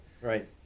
Right